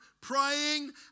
praying